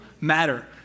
matter